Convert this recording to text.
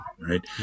right